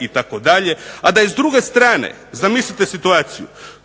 itd., a da je s druge strane zamislite situaciju